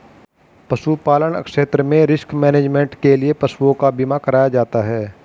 पशुपालन क्षेत्र में रिस्क मैनेजमेंट के लिए पशुओं का बीमा कराया जाता है